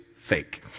fake